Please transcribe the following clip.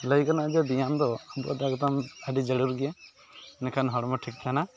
ᱞᱟᱹᱭ ᱜᱟᱱᱚᱜᱼᱟ ᱡᱮ ᱵᱮᱭᱟᱢ ᱫᱚ ᱮᱠᱫᱚᱢ ᱟᱹᱰᱤ ᱡᱟᱨᱩᱲ ᱜᱮᱭᱟ ᱤᱱᱟᱹᱠᱷᱟᱱ ᱦᱚᱲᱢᱚ ᱴᱷᱤᱠ ᱛᱟᱦᱮᱱᱟ